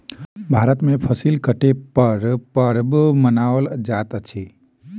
भारत में फसिल कटै पर पर्व मनाओल जाइत अछि